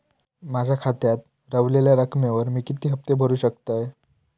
माझ्या खात्यात रव्हलेल्या रकमेवर मी किती हफ्ते भरू शकतय?